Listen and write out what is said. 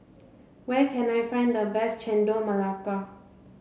where can I find the best Chendol Melaka